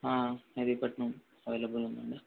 Mehdipatnam available ఉందండి